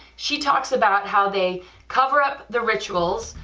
she talks about how they cover up the rituals,